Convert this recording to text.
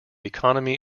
economy